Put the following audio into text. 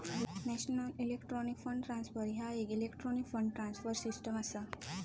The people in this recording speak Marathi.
नॅशनल इलेक्ट्रॉनिक फंड ट्रान्सफर ह्या येक इलेक्ट्रॉनिक फंड ट्रान्सफर सिस्टम असा